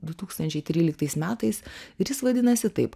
du tūkstančiai tryliktais metais ir jis vadinasi taip